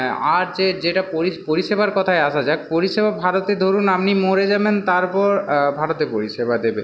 আর চে যেটা পরিষেবার কথায় আসা যাক পরিষেবা ভারতে ধরুন আপনি মরে যাবেন তারপর ভারতে পরিষেবা দেবে